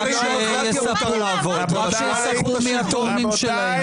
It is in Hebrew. רק שיספרו מי התורמים שלהם.